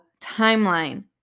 timeline